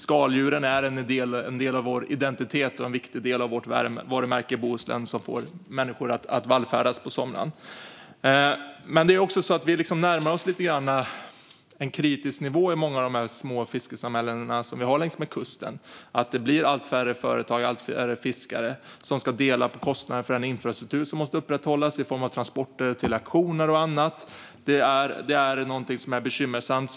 Skaldjuren är en del av vår identitet och utgör en viktig del av vårt varumärke Bohuslän som får människor att vallfärda dit på somrarna. I många av de små fiskesamhällena utmed kusten närmar man sig en kritisk nivå. Allt färre företag och fiskare ska dela på kostnaden för den infrastruktur som måste upprätthållas. Det kan handla om transporter till auktioner och annat. Detta är bekymmersamt.